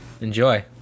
enjoy